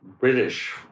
British